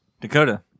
Dakota